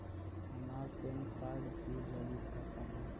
हमार PAN card भी लगी खाता में?